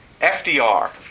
FDR